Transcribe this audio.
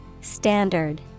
Standard